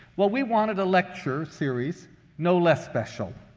well, we wanted a lecture series no less special.